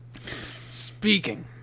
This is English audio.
Speaking